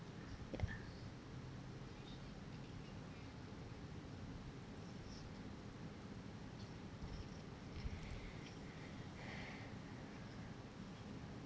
ya